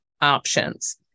options